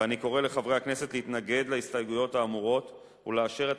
ואני קורא לחברי הכנסת להתנגד להסתייגויות האמורות ולאשר את